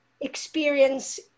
experience